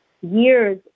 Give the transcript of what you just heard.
years